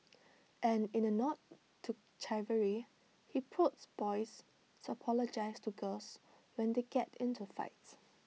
and in A nod to chivalry he prods boys apologise to girls when they get into fights